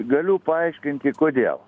galiu paaiškinti kodėl